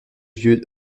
vieux